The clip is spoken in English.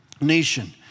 nation